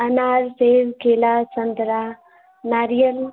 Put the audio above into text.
अनार सेब केला संतरा नारियल